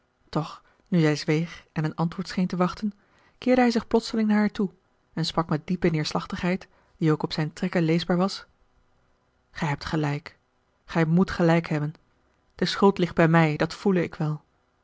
toch nu zij zweeg en een antwoord scheen te wachten keerde hij zich plotseling naar haar toe en sprak met diepe neêrslachtigheid die ook op zijne trekken leesbaar was gij hebt gelijk gij moet gelijk hebben de schuld ligt bij mij dat voele ik wel